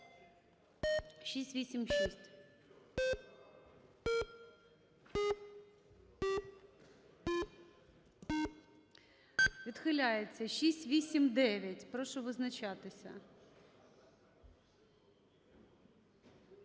За-6 Відхиляється. 689. Прошу визначатися.